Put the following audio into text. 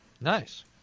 Nice